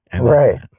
right